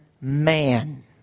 man